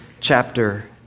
chapter